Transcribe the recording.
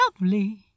lovely